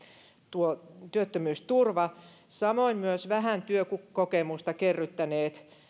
tuo työttömyysturva samoin myös vähän työkokemusta kerryttäneet